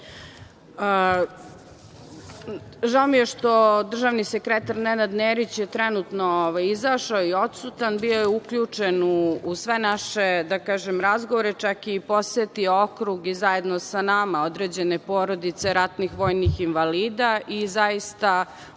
mi je što je državni sekretar Nenad Nerić trenutno izašao i odsutan. Bio je uključen u sve naše razgovore, čak je i posetio okrug i zajedno sa nama određene porodice ratnih vojnih invalida, i zaista,